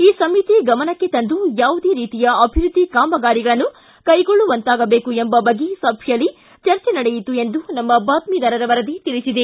ಈ ಸಮಿತಿ ಗಮನಕ್ಕೆ ತಂದು ಯಾವುದೇ ರೀತಿಯ ಅಭಿವೃದ್ದಿ ಕಾಮಗಾರಿಗಳನ್ನು ಕೈಗೊಳ್ಳುವಂತಾಗಬೇಕು ಎಂಬ ಬಗ್ಗೆ ಸಭೆಯಲ್ಲಿ ಚರ್ಚೆ ನಡೆಯಿತು ಎಂದು ನಮ್ಮ ಬಾತ್ತಿದಾರರ ವರದಿ ತಿಳಿಸಿದೆ